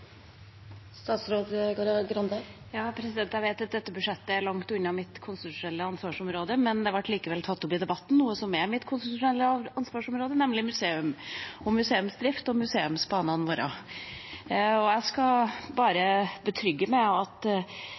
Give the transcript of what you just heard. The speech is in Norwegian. langt unna mitt konstitusjonelle ansvarsområde, men det ble likevel tatt opp noe i debatten som er mitt konstitusjonelle ansvarsområde, nemlig museumsdrift og museumsbanene våre. Jeg skal bare betrygge med at